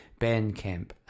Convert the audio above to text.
Bandcamp